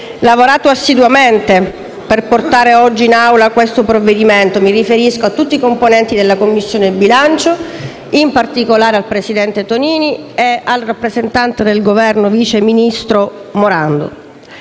lavorato assiduamente per portare oggi in Aula questo provvedimento. Mi riferisco a tutti i componenti della Commissione bilancio, in particolare al presidente Tonini e al rappresentante del Governo, vice ministro Morando.